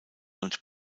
und